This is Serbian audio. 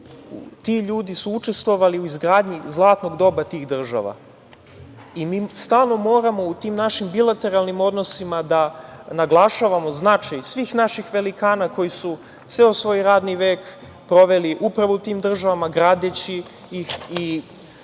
ti ljudi su učestvovali u izgradnji zlatnog doba tih država. Mi stalno moramo u tim našim bilateralnim odnosima da naglašavamo značaj svih naših velikana koji su ceo svoj radni vek proveli upravo u tim državama, gradeći ih i